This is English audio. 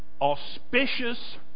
auspicious